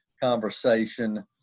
conversation